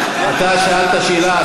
אתה שאלת שאלה,